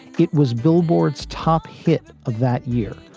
it was billboard's top hit of that year.